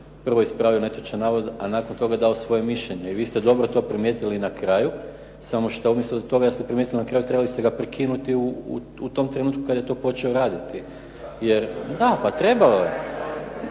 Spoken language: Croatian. prvo je ispravio netočan navod a nakon toga dao svoje mišljenje. I vi ste dobro to primijetili na kraju, samo što osim toga što ste primijetili na kraju trebali ste ga prekinuti u tom trenutku kada je to počeo raditi. Da, pa trebalo je,